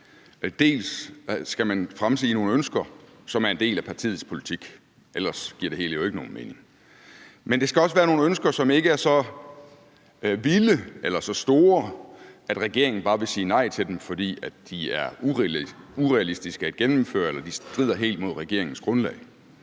Man skal fremsige nogle ønsker, som er en del af partiets politik, ellers giver det hele jo ikke nogen mening, men det skal også være nogle ønsker, som ikke er så vilde eller så store, at regeringen bare vil sige nej til dem, fordi de er urealistiske at gennemføre eller strider helt imod regeringens grundlag.